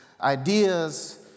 ideas